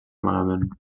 malament